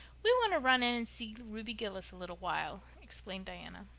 we want to run in and see ruby gillis a little while, explained diana.